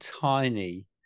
tiny